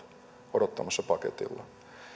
odottamassa paketilla